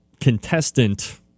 contestant